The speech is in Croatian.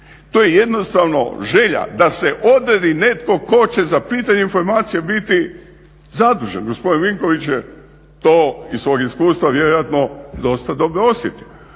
to je jednostavno želja da se odredi netko ko će za pitanje informacija biti zadužen, gospodin Vinković je to iz svog iskustva vjerojatno dosta dobro osjetio.